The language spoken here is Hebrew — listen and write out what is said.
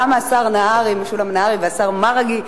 גם השר נהרי וגם השר מרגי,